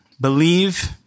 Believe